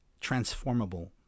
transformable